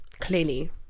clearly